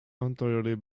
entirely